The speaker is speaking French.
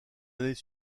années